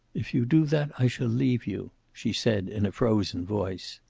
if you do that i shall leave you, she said, in a frozen voice.